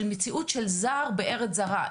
של מציאות של זר בארץ זרה,